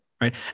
right